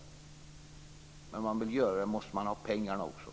Men vill man göra så måste det finnas pengar.